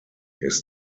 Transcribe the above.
ist